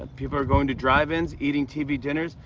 people are going to drive-ins, eating tv dinners,